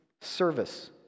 service